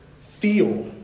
feel